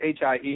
HIE